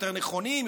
יותר נכונים,